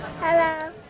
Hello